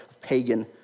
pagan